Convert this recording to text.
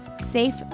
safe